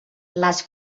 les